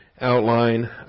outline